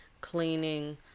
cleaning